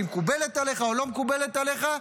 שהיא מקובלת עליך או לא מקובלת עליך,